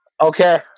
Okay